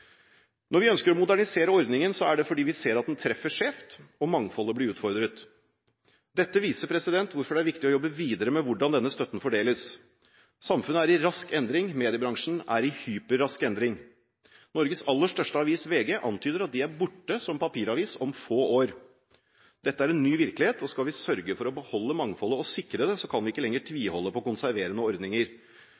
Når vi ønsker å modernisere ordningen, er det fordi vi ser at den treffer skjevt og mangfoldet blir utfordret. Dette viser hvorfor det er viktig å jobbe videre med hvordan denne støtten fordeles. Samfunnet er i rask endring – mediebransjen er i hyperrask endring. Norges aller største avis, VG, antyder at de er borte som papiravis om få år. Dette er en ny virkelighet. Skal vi sørge for å beholde mangfoldet og sikre det, kan vi ikke lenger